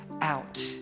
out